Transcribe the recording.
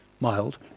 mild